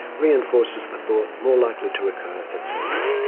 reinforces the thought, more likely to recur, et cetera.